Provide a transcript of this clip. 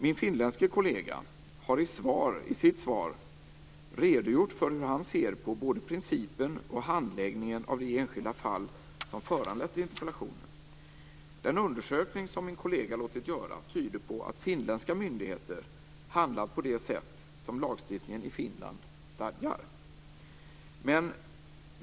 Min finländske kollega har i sitt svar redogjort för hur han ser på både principen och handläggningen av det enskilda fall som föranlett interpellationen. Den undersökning som min kollega låtit göra tyder på att finländska myndigheter handlat på det sätt som lagstiftningen i Finland stadgar.